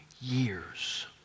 years